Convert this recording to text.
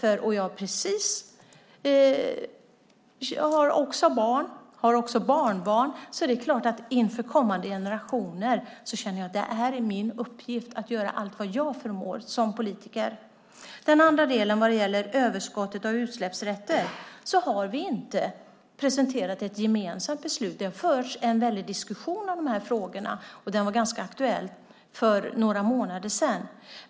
Jag har också barn och barnbarn. Inför kommande generationer känner jag att det är min uppgift att göra allt som jag förmår som politiker. När det gäller den andra delen om överskottet av utsläppsrätter har vi inte presenterat ett gemensamt beslut. Det förs en diskussion om denna fråga, och den var mycket aktuell för några månader sedan.